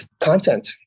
content